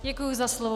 Děkuji za slovo.